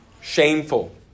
shameful